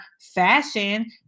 fashion